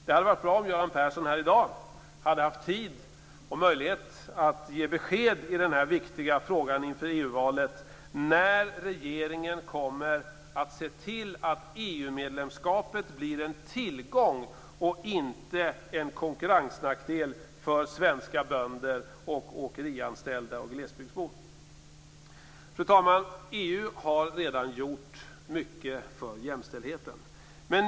Det hade varit bra om Göran Persson här i dag hade haft tid och möjlighet att ge besked i den viktiga frågan inför EU-valet. När kommer regeringen att se till att EU-medlemskapet blir en tillgång och inte en konkurrensnackdel för svenska bönder, åkerianställda och glesbygdsbor? Fru talman! EU har redan gjort mycket för jämställdheten.